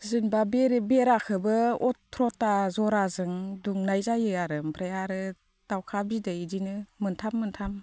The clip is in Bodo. जेनोबा बेरे बेराखोबो अथ्र'था जराजों दुमनाय जायो आरो ओमफ्राय आरो दाउखा बिदै इदिनो मोनथाम मोनथाम